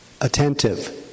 attentive